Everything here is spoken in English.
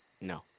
No